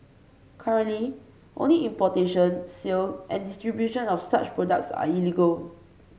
currently only importation sale and distribution of such products are illegal